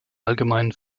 allgemeinen